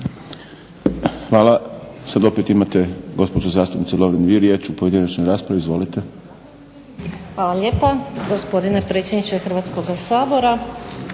Hvala. Sad opet imate gospođo zastupnice Lovrin vi riječ u pojedinačnoj raspravi. Izvolite. **Lovrin, Ana (HDZ)** Hvala lijepo gospodine predsjedniče Hrvatskog sabora.